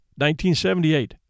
1978